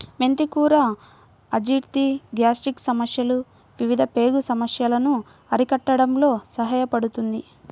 మెంతి కూర అజీర్తి, గ్యాస్ట్రిక్ సమస్యలు, వివిధ పేగు సమస్యలను అరికట్టడంలో సహాయపడుతుంది